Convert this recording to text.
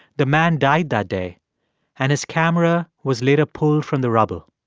the man died that day and his camera was later pulled from the rubble